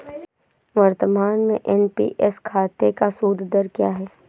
वर्तमान में एन.पी.एस खाते का सूद दर क्या है?